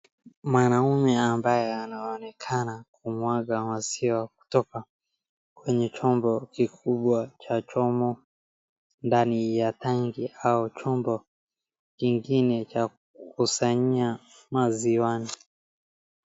Mwanamume ambaye anaonekana akimwaga maziwa kutoka kwenye chombo kikubwa cha chomo, ndani ya tanki au chombo kingine cha kukusanya maziwani.